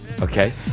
Okay